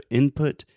input